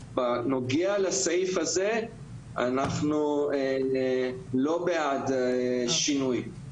בנוגע לסעיף הזה אנחנו לא בעד שינוי.